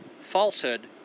falsehood